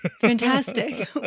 Fantastic